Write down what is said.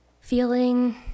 feeling